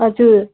हजुर